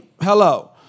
Hello